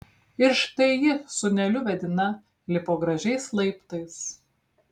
ir štai ji sūneliu vedina lipo gražiais laiptais